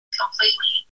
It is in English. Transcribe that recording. completely